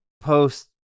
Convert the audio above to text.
post